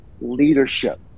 leadership